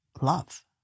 Love